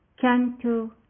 Canto